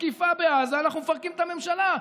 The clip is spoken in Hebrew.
תקיפה בעזה, אנחנו מפרקים את הממשלה.